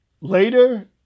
later